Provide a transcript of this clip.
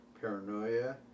paranoia